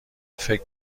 فکر